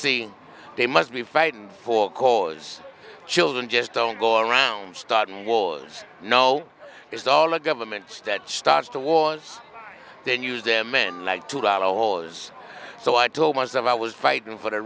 see they must be fighting for a cause children just don't go around starting wars no it's all a government stat starts to was then use them men like to dot all is so i told myself i was fighting for the